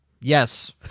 Yes